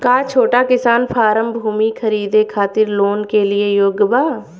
का छोटा किसान फारम भूमि खरीदे खातिर लोन के लिए योग्य बा?